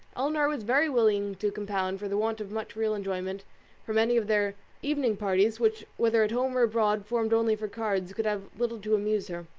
elinor was very willing to compound for the want of much real enjoyment from any of their evening parties, which, whether at home or abroad, formed only for cards, could have little to amuse her.